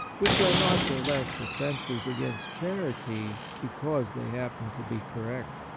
which are not the less offences against charity because they happen to be correct.